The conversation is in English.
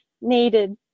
needed